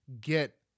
get